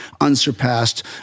unsurpassed